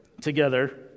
together